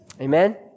Amen